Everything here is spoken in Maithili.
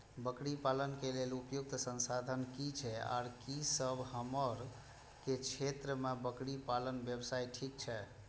बकरी पालन के लेल उपयुक्त संसाधन की छै आर की हमर सब के क्षेत्र में बकरी पालन व्यवसाय ठीक छै?